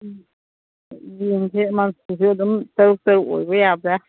ꯎꯝ ꯌꯦꯡꯁꯦ ꯑꯗꯨꯝ ꯇꯔꯨꯛ ꯇꯔꯨꯛ ꯑꯣꯏꯕ ꯌꯥꯕ꯭ꯔꯥ